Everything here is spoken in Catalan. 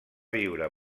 viure